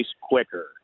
quicker